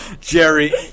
Jerry